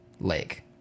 lake